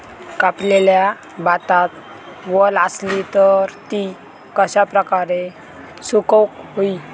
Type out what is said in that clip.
कापलेल्या भातात वल आसली तर ती कश्या प्रकारे सुकौक होई?